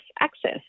access